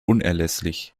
unerlässlich